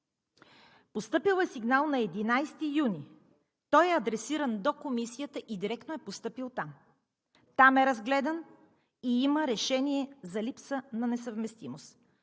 Постъпил е сигнал на 11 юни. Той е адресиран до Комисията и директно е постъпил там. Разгледан е и има решение за липса на несъвместимост.